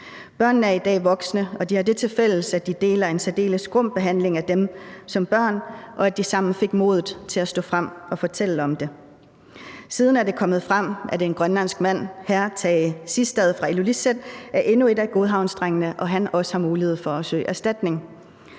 Børnene er i dag voksne, og de har det tilfælles, at de deler en særdeles grum behandling af sig som børn, og at de sammen fik modet til at stå frem og fortælle om det. Siden er det kommet frem, at en grønlandsk mand, hr. Tage Siegstad fra Ilulissat, er endnu en af Godhavnsdrengene, og at han også har mulighed for at søge erstatning.